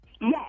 Yes